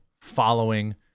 following